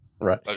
Right